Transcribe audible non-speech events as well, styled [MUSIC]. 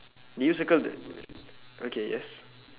did you circle the [NOISE] okay yes